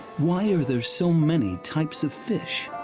why are there so many types of fish,